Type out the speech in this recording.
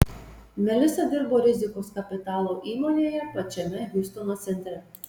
melisa dirbo rizikos kapitalo įmonėje pačiame hjustono centre